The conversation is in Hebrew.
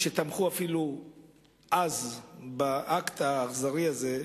אפילו כאלה שתמכו אז באקט האכזרי הזה,